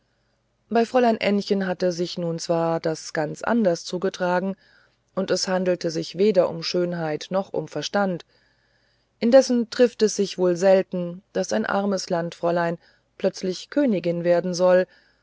bei fräulein ännchen hatte sich nun zwar das ganz anders zugetragen und es handelte sich weder um schönheit noch um verstand indessen trifft es sich wohl selten daß ein armes landfräulein plötzlich königin werden soll